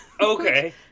Okay